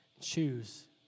Choose